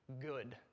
good